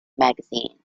magazine